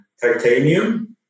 titanium